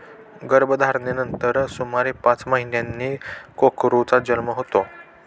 गर्भधारणेनंतर सुमारे पाच महिन्यांनी कोकरूचा जन्म होतो